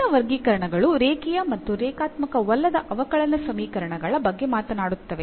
ಮುಂದಿನ ವರ್ಗೀಕರಣಗಳು ರೇಖೀಯ ಮತ್ತು ರೇಖಾತ್ಮಕವಲ್ಲದ ಅವಕಲನ ಸಮೀಕರಣಗಳ ಬಗ್ಗೆ ಮಾತನಾಡುತ್ತವೆ